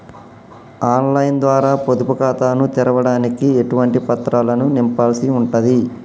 On line ద్వారా పొదుపు ఖాతాను తెరవడానికి ఎటువంటి పత్రాలను నింపాల్సి ఉంటది?